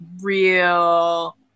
real